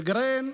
אלקרין,